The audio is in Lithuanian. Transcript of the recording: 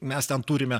mes tam turime